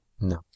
No